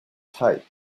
type